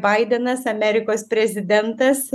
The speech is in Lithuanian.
baidenas amerikos prezidentas